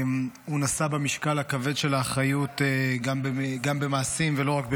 הוא נשא במשקל הכבד של האחריות גם במעשים ולא רק במילים.